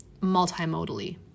multimodally